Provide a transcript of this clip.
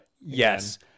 Yes